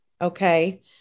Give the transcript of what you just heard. Okay